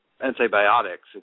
antibiotics